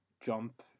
jump